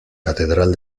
catedral